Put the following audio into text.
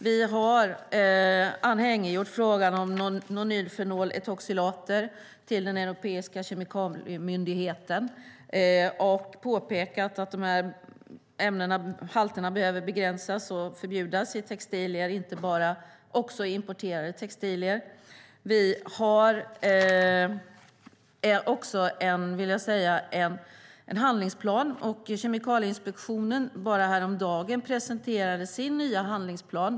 Vi har anhängiggjort frågan om nonylfenoletoxilater till den europeiska kemikaliemyndigheten och påpekat att halterna behöver begränsas och förbjudas i textilier, också i importerade textilier. Vi har också en handlingsplan. Och Kemikalieinspektionen presenterade häromdagen sin nya handlingsplan.